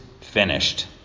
finished